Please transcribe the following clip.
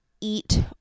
eat